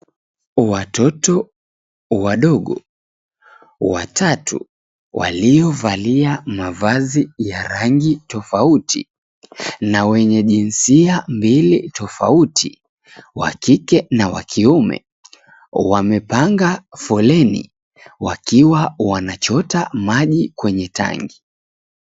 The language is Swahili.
Watoto wadogo watatu waliovalia mavazi ya rangi tofauti na wenye jinsia mbili tofauti, wa kike na wa kiume, wamepanga foleni wakiwa wanachota maji kwenye tangi.